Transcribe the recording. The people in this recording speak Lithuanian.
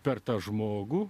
per tą žmogų